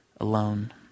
alone